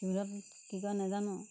চিভিলত কি কৰে নেজানো